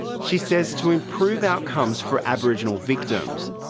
she says to improve outcomes for aboriginal victims,